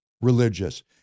religious